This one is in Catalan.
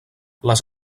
les